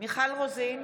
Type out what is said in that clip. מיכל רוזין,